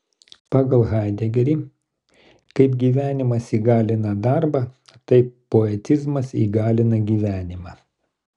pagal haidegerį kaip gyvenimas įgalina darbą taip poetizmas įgalina gyvenimą